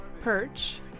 Perch